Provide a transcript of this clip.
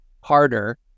harder